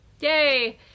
Yay